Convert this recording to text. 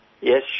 Yes